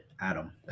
adam